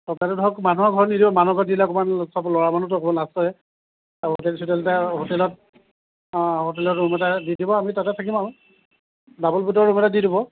ধৰক মানুহৰ ঘৰত নিদিব মানুহৰ ঘৰত দিলে অকণমান ল'ৰা মানুহতো অকণমান লাজ পায় আছে হোটেল চোটেলতে হোটেলত অঁ হোটেলত ৰূম এটা দি দিব আমি তাতে থাকিম আৰু ডাবোল বেডৰ ৰূম এটা দি দিব